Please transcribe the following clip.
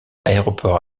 aéroport